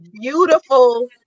beautiful